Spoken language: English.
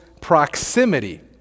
proximity